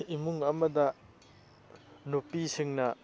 ꯏꯃꯨꯡ ꯑꯃꯗ ꯅꯨꯄꯤꯁꯤꯡꯅ